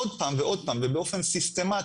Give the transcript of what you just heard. עוד פעם ועוד פעם ובאופן סיסטמטי,